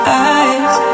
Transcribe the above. eyes